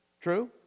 True